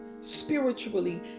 spiritually